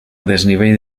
desnivell